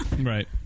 Right